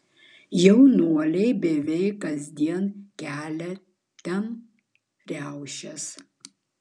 jaunuoliai beveik kasdien kelia ten riaušes